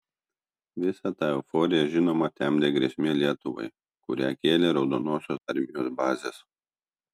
visą tą euforiją žinoma temdė grėsmė lietuvai kurią kėlė raudonosios armijos bazės